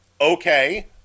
Okay